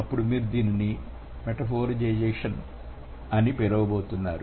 అప్పుడు మీరు దీనిని మెటఫోరిజేషన్ అని పిలవబోతున్నారు